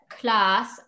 class